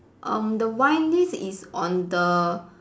um the wine list is on the